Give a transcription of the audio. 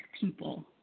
people